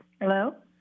Hello